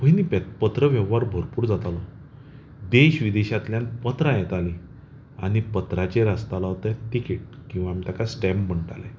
पयलीं पत्र व्यवहार भरपूर जातालो देश विदेशांतल्यान पत्रां येतालीं आनी पत्राचेर आसतालो तो तिकीट किंवा आमी तेका स्टॅम्प म्हणटाले